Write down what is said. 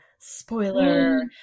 Spoiler